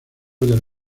del